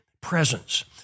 presence